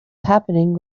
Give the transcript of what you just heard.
happening